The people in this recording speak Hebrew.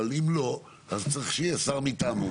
אבל אם לא צריך שיהיה שר מטעמו,